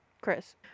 Chris